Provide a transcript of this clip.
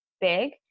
big